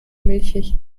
milchig